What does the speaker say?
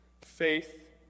faith